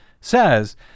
says